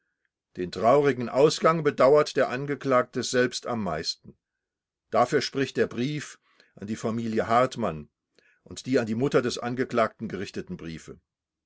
den traurigen ausgang bedauert der angeklagte selbst am meisten dafür spricht der brief an die familie hartmann und die an die mutter des angeklagten gerichteten briefe